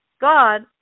God